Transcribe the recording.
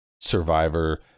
survivor